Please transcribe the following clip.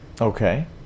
Okay